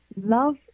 Love